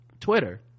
Twitter